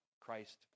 Christ